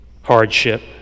hardship